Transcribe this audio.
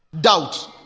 doubt